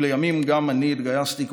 ולימים גם אני התגייסתי,